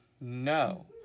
No